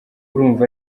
urumva